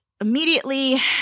immediately